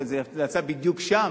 זאת אומרת, זה יצא בדיוק שם?